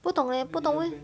不懂 leh 不懂为